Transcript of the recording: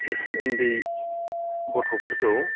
उन्दै गथ'फोरखौ